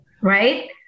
right